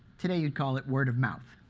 today you'd call it word of mouth.